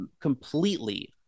completely